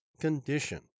condition